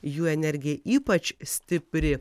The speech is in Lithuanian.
jų energija ypač stipri